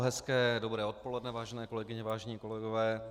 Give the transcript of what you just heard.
Hezké dobré odpoledne, vážené kolegyně, vážení kolegové.